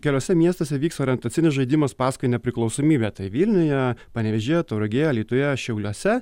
keliuose miestuose vyks orientacinis žaidimas paskui nepriklausomybę tai vilniuje panevėžyje tauragėje alytuje šiauliuose